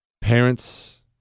Parents